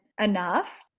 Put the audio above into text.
enough